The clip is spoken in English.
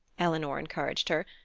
eleanor encouraged her,